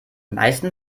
meisten